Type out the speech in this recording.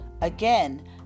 Again